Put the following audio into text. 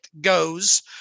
goes